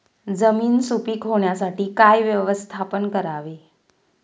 जमीन सुपीक होण्यासाठी काय व्यवस्थापन करावे?